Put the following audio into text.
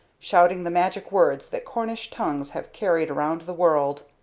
shouting the magic words that cornish tongues have carried around the world.